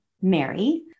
Mary